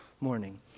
morning